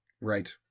Right